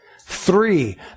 Three